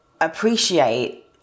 appreciate